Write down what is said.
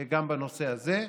גם בנושא הזה.